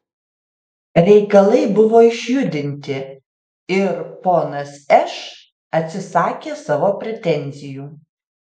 reikalai buvo išjudinti ir ponas š atsisakė savo pretenzijų